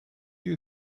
you